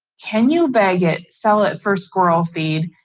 can you bag it sell it for squirrel feed?